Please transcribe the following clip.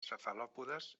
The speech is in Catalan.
cefalòpodes